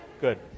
Good